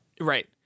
Right